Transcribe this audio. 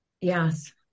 Yes